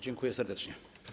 Dziękuję serdecznie.